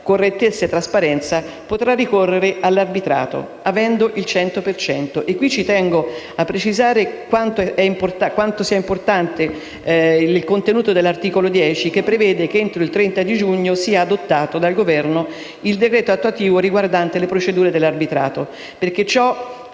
correttezza e trasparenza, potrà ricorrere all'arbitrato ottenendo il 100 per cento. A tal proposito tengo a precisare quanto sia importante il contenuto dell'articolo 10, che prevede che entro il 30 giugno sia adottato dal Governo il decreto attuativo riguardante le procedure dell'arbitrato. Ciò